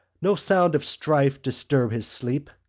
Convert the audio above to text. no sound of strife disturb his sleep!